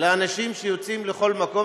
לאנשים שיוצאים לכל מקום.